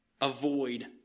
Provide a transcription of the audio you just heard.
avoid